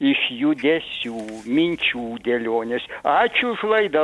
iš judesių minčių dėlionės ačiū už laidą